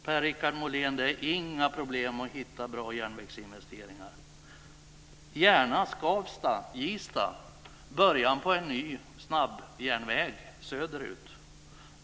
Per-Richard Molén, det är inga problem att hitta bra järnvägsinvesteringar! Dessutom har vi sträckan Järna-Skavsta-Gistad - början på en ny snabbjärnväg söderut.